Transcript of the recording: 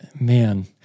man